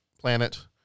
planet